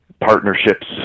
partnerships